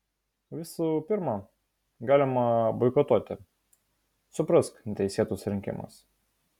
visų pirma galima boikotuoti suprask neteisėtus rinkimus